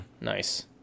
Nice